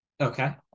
Okay